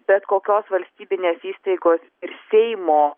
bet kokios valstybinės įstaigos ir seimo